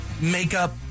makeup